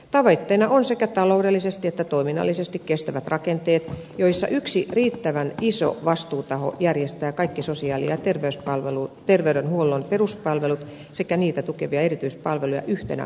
tavoitteena ovat sekä taloudellisesti että toiminnallisesti kestävät rakenteet joissa yksi riittävän iso vastuutaho järjestää kaikki sosiaali ja terveydenhuollon peruspalvelut sekä niitä tukevia erityispalveluja yhtenä kokonaisuutena